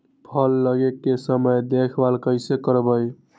फल लगे के समय देखभाल कैसे करवाई?